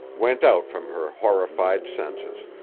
went out from her horrified senses.